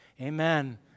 Amen